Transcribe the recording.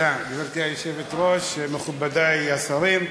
גברתי היושבת-ראש, תודה, מכובדי השרים,